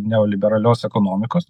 neoliberalios ekonomikos